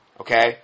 Okay